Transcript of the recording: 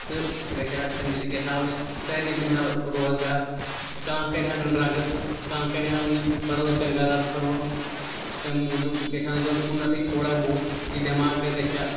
تہٕ سُہ گژھِ ہا تَمہِ سۭتۍ گژھِ ہاو أسۍ سارنی بَنہِ ہا روزگار کانٛہہ کَرِ ہا نہٕ ڈرٛگٕز کانٛہہ کَرِ ہَہ نہٕ بِدَل کانٛہہ غلط کٲم تَمہِ موٗجوٗب گژھٕ ہَن لُکھ اُکُنَتھٕے تھوڑا بہت زِ دٮ۪ماغَس گژھِ ہا